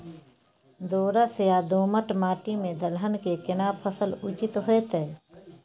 दोरस या दोमट माटी में दलहन के केना फसल उचित होतै?